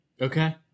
Okay